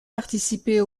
participer